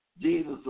Jesus